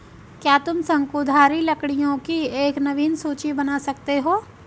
क्या तुम शंकुधारी लकड़ियों की एक नवीन सूची बना सकते हो?